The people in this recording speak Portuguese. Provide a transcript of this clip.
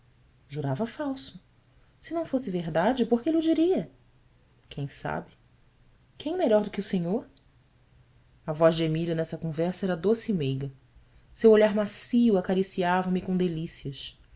jurava falso se não fosse verdade por que lho diria uem sabe uem melhor do que o senhor a voz de emília nessa conversa era doce e meiga seu olhar macio acariciava me com delícias